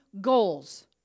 goals